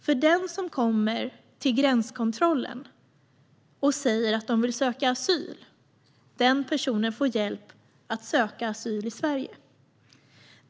Den person som kommer till gränskontrollen och säger att han eller hon vill söka asyl får hjälp att söka asyl i Sverige.